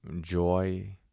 joy